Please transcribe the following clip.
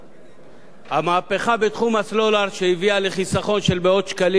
המהפכה בתחום הסלולר שהביאה לחיסכון של מאות שקלים לכל משק בית,